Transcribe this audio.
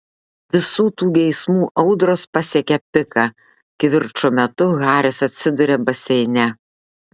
visų tų geismų audros pasiekia piką kivirčo metu haris atsiduria baseine